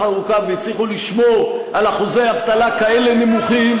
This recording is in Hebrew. ארוכה והצליחו לשמור על אחוזי אבטלה כאלה נמוכים,